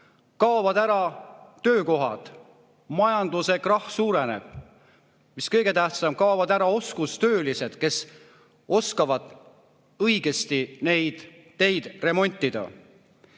Kaovad ära töökohad, krahh majanduses suureneb. Mis kõige tähtsam, kaovad ära oskustöölised, kes oskavad õigesti neid teid remontida.